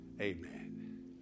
Amen